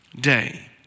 day